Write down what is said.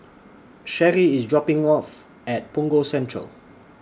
Sheri IS dropping off At Punggol Central